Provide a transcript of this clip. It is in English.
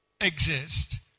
exist